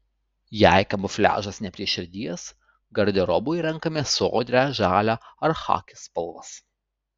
jei kamufliažas ne prie širdies garderobui renkamės sodrią žalią ar chaki spalvas